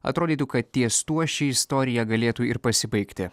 atrodytų kad ties tuo ši istorija galėtų ir pasibaigti